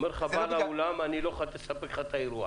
אומר לך בעל האולם: אני לא יכול לספק לך את האירוע.